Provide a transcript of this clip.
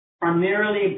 primarily